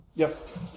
Yes